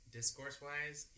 Discourse-wise